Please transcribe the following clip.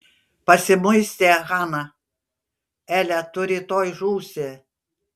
pasimuistė hana ele tu rytoj žūsi